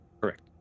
Correct